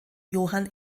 johann